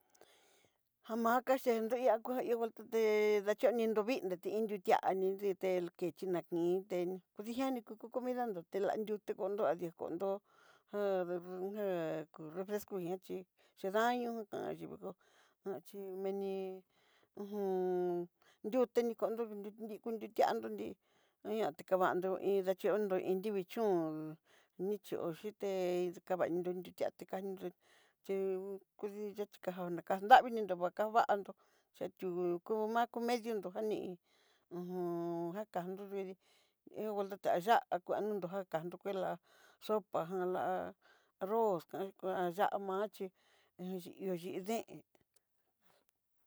Jamaka ché nriá kuá ihó ngua tuté nacheandó dó vidné tí iin duti'á, ni nditél ké xhí nakinté kudijiani kuko comidanró, tela nriuté konró tela nrijonró ja- ja kú refresco hichí chí daño tanxí, dokó jan chí meni uju nriuté nikandó, nrí kunró ti'án dó nrí niá tikavandó, iin dachondó iin nrivii chón nicho'o xhité kava nriuti tiatika nrú xhi kudí yachí kaja nravininró vakavandó chetú va'a k édio nró ani'i uju kaja nruí nridí ihó vuelta tiaya kuando nró jakandó kuelá sopa jan lá arroz kan kuá ya'á maxhí hó xhin deen.